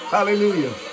Hallelujah